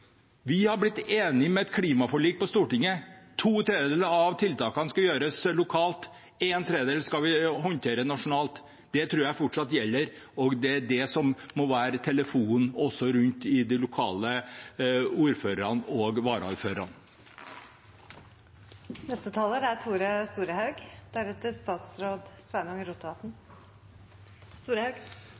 Vi har blitt enige om et klimaforlik på Stortinget. To tredjedeler av tiltakene skal gjøres lokalt, en tredjedel skal vi håndtere nasjonalt. Det tror jeg fortsatt gjelder, og det er det som også må sies på telefonen rundt om hos de lokale ordførerne og varaordførerne. Det er